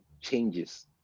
changes